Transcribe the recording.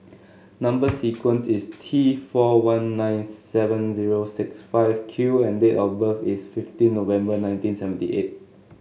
number sequence is T four one nine seven zero six five Q and date of birth is fifteen November nineteen seventy eight